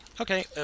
Okay